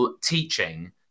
teaching